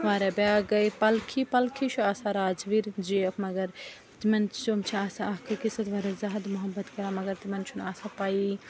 واریاہ بیاکھ گٔے پَلکھی پَلکھی چھُ آسان راجویٖر جی ایٚف مگر تِمَن تم چھِ آسان اَکھ أکِس سۭتۍ واریاہ زیادٕ محبت کَران مگر تِمَن چھُنہٕ آسان پَیی